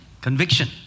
Conviction